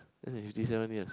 that's in fifty seven years